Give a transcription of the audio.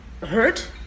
hurt